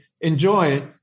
enjoy